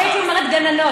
הייתי מגיעה לכל דיון.